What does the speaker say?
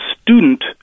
student